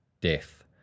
death